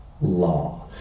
law